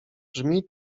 brzmi